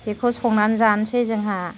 बेखौ संनानै जानोसै जोंहा